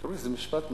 תראו, זה משפט מדליק,